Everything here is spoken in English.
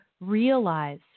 realize